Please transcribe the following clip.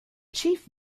chief